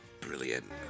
brilliant